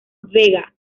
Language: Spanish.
vega